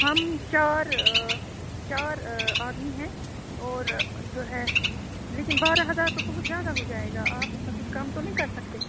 ہم چار چار آدمی ہیں اور جو ہے لیکن بارہ ہزار تو بہت زیادہ ہو جائے گا آپ اس میں کچھ کم تو نہیں کر سکتے